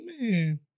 man